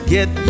Get